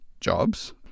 jobs